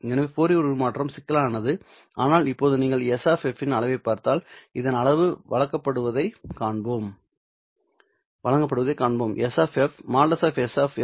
எனவே ஃபோரியர் உருமாற்றம் சிக்கலானது ஆனால் இப்போது நீங்கள் s இன் அளவைப் பார்த்தால் இதன் அளவு வழங்கப்படுவதைக் காண்போம்|S|2 1 a2 πf 2